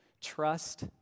Trust